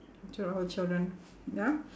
to our children ya